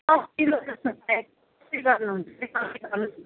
दस किलो जस्तो चाहिएको थियो कसरी गर्नु हुन्छ अलिक कम्ती गर्नुहोस् न